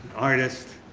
artist,